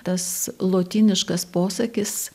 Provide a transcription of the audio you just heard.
tas lotyniškas posakis